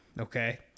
Okay